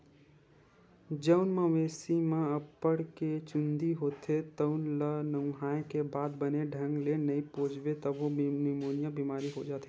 जउन मवेशी म अब्बड़ के चूंदी होथे तउन ल नहुवाए के बाद बने ढंग ले नइ पोछबे तभो निमोनिया बेमारी हो जाथे